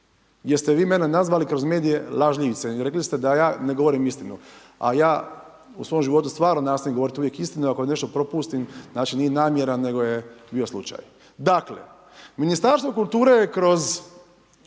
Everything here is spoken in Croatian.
ste vi mene nazvali kroz medije lažljivcem i rekli ste da ja ne govorim istinu. A ja u svom životu stvarno nastojim govoriti uvijek istinu, ako nešto propustim, nije namjera, nego je bilo slučajno. Dakle, Ministarstvo kulture je kroz